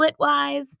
Splitwise